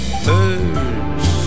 birds